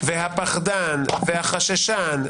והפחדן והחששן,